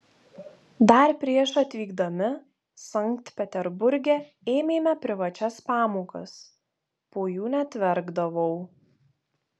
dar prieš atvykdami sankt peterburge ėmėme privačias pamokas po jų net verkdavau